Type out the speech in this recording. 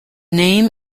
name